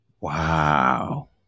Wow